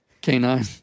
canine